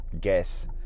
guess